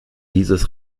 dieses